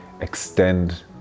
extend